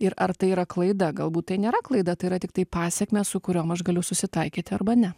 ir ar tai yra klaida galbūt tai nėra klaida tai yra tiktai pasekmės su kuriom aš galiu susitaikyti arba ne